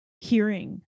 hearing